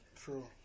True